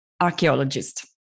archaeologist